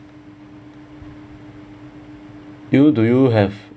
you do you have